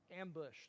ambushed